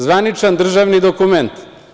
Zvaničan državni dokument.